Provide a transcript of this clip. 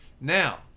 Now